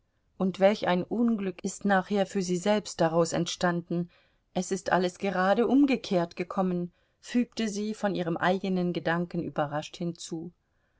und welch ein unglück ist nachher für sie selbst daraus entstanden es ist alles gerade umgekehrt gekommen fügte sie von ihrem eigenen gedanken überrascht hinzu